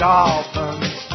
Dolphins